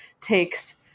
takes